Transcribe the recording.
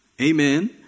Amen